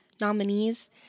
nominees